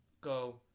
go